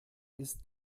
ist